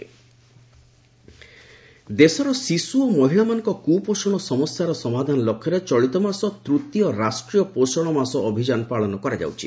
ପୋଷଣ ଦେଶର ଶିଶୁ ଓ ମହିଳାମାନଙ୍କ କୁପୋଷଣ ସମସ୍ୟାର ସମାଧାନ ଲକ୍ଷ୍ୟରେ ଚଳିତମାସ ତୂତୀୟ ରାଷ୍ଟ୍ରୀୟ ପୋଷଣ ମାସ ଅଭିଯାନ ପାଳନ କରାଯାଉଛି